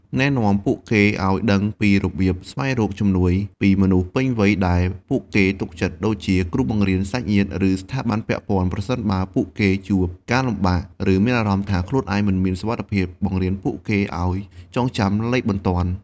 ណែនាំពួកគេឲ្យដឹងពីរបៀបស្វែងរកជំនួយពីមនុស្សពេញវ័យដែលពួកគេទុកចិត្ត ដូចជាគ្រូបង្រៀន សាច់ញាតិ ឬស្ថាប័នពាក់ព័ន្ធ ប្រសិនបើពួកគេជួបការលំបាក ឬមានអារម្មណ៍ថាខ្លួនឯងមិនមានសុវត្ថិភាព បង្រៀនពួកគេឲ្យចងចាំលេខទូរសព្ទបន្ទាន់។